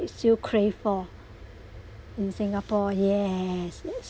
still crave for in singapore yes